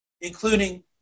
including